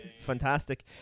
Fantastic